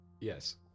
Yes